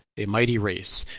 a mighty race,